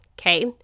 Okay